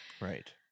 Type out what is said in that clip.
Right